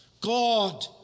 God